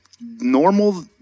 normal –